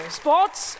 sports